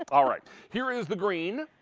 like all right. here is the green.